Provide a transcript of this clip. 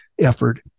effort